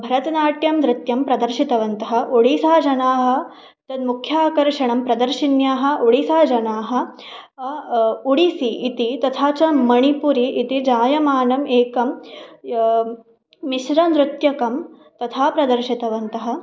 भरतनाट्यं नृत्यं प्रदर्शितवन्तः ओडिसाजनाः तद् मुख्याकर्षणं प्रदर्शिन्याः ओडिसाजनाः ओडिस्सि इति तथा च मणिपुरिः इति जायमानम् एकं मिश्रनृत्यकं तथा प्रदर्शितवन्तः